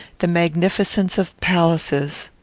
the magnificence of palaces.